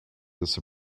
this